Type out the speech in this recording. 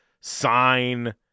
sign